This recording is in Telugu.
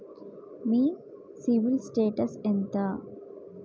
మీ సిబిల్ స్టేటస్ ఎంత?